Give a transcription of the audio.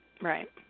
Right